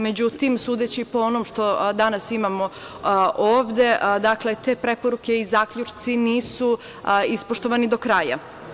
Međutim, sudeći po onom što danas imamo ovde, dakle, te preporuke i zaključci nisu ispoštovani do kraja.